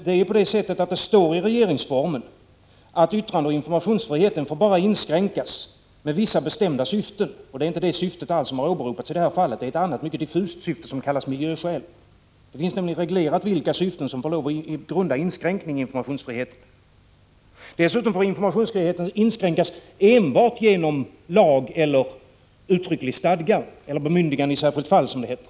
Det heter i regeringsformen att yttrandeoch informationsfriheten får inskränkas bara i vissa bestämda syften, och det är inte alls de syftena som åberopats i det här fallet, utan det är ett annat och mycket diffust syfte som kallas ”miljöskäl” — det finns alltså reglerat vilka syften som får grunda inskränk = Prot. 1985/86:45 ning i informationsfriheten. 5 december 1985 eller ”bemyndigande i särskilt fall” , som det heter.